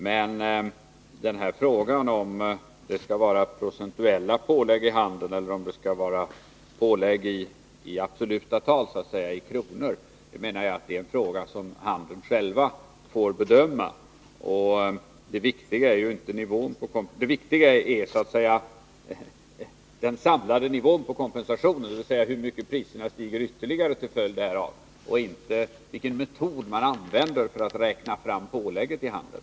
Men frågan om det skall vara procentuella pålägg i handeln eller om det skall vara pålägg i absoluta tal, i kronor, bör handeln själv enligt min mening få bedöma. Det viktiga är den samlade nivån på kompensationen, dvs. hur mycket priserna stiger ytterligare till följd av denna, inte vilken metod som används för framräkning av pålägget i handeln.